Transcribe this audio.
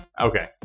Okay